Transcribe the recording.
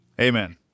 Amen